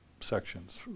sections